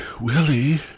Willie